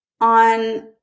on